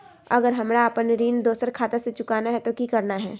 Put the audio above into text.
अगर हमरा अपन ऋण दोसर खाता से चुकाना है तो कि करना है?